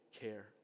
care